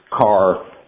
car